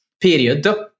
period